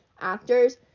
Actors